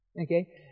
Okay